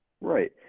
Right